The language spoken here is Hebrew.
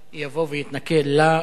יבוא ויתנכל לה,